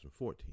2014